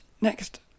next